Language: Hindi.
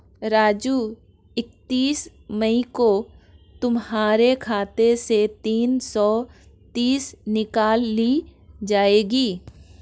राजू इकतीस मई को तुम्हारे खाते से तीन सौ तीस निकाल ली जाएगी